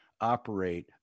operate